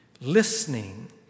Listening